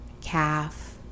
calf